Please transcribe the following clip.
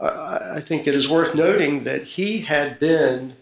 i think it is worth noting that he had been